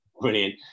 brilliant